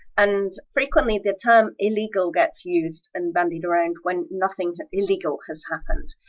and frequently the term illegal gets used and bandied around when nothing illegal has happened.